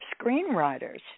screenwriters